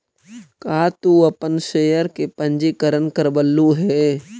का तू अपन शेयर का पंजीकरण करवलु हे